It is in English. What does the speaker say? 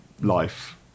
life